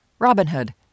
Robinhood